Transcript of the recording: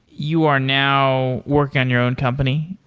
you are now working on your own company,